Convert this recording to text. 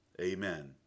Amen